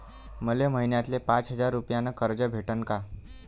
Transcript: मले महिन्याले पाच हजार रुपयानं कर्ज भेटन का?